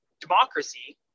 democracy